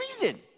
reason